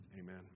Amen